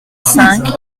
cinq